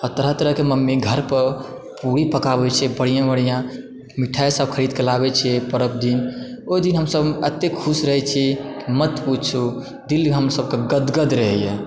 अऽ तरह तरह के मम्मी घर पर पूरी पकाबै छै बढ़िऑं बढ़िऑं मिठाइ सभ खरीदके लाबै छियै परब दिन ओहि दिन हमसभ एते खुश रहै छी मत पुछू दिल हमसभके गदगद रहैया